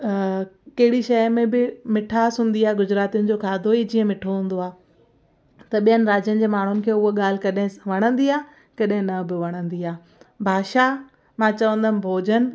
कहिड़ी शइ में बि मिठासि हूंदी आहे गुजरातियुनि जा खाधो ई जीअं मीठो हूंदो आहे त ॿियनि राज्यनि जे माण्हुनि खे उहा ॻाल्हि कॾहिं वणंदी आहे कॾहिं न बि वणंदी आहे भाषा मां चवंदमि भोॼन